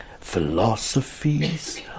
philosophies